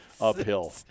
uphill